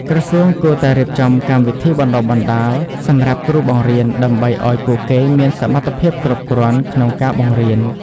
ក្រសួងគួរតែរៀបចំកម្មវិធីបណ្តុះបណ្តាលសម្រាប់គ្រូបង្រៀនដើម្បីឱ្យពួកគេមានសមត្ថភាពគ្រប់គ្រាន់ក្នុងការបង្រៀន។